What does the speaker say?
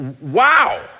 wow